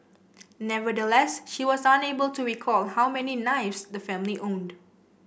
nevertheless she was unable to recall how many knives the family owned